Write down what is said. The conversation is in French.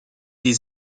les